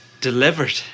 Delivered